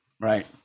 Right